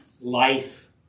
Life